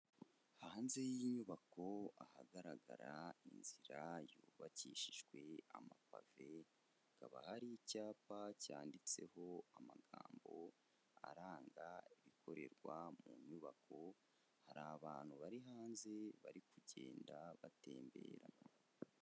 Hanze y'iyi nyubako hagaragara inzira yubakishijwe amapave, hakaba hari icyapa cyanditseho amagambo aranga ibikorerwa mu nyubako, hari abantu bari hanze bari kugenda batembera.